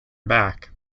back